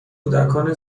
کودکان